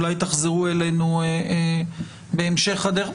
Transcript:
אולי תחזרו אלינו בהמשך הדרך.